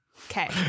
Okay